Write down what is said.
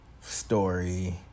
story